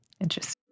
Interesting